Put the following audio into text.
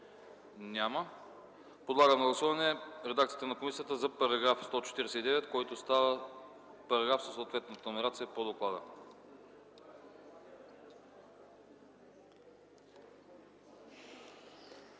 Няма. Подлагам на гласуване редакцията на комисията за § 149, който става параграф със съответната номерация по доклада.